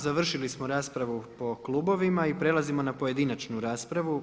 Završili smo raspravu po klubovima i prelazimo na pojedinačnu raspravu.